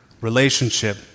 relationship